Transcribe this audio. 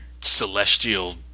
celestial